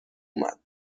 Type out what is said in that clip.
اومد